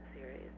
series